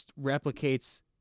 replicates